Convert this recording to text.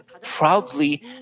proudly